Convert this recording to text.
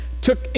took